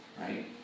right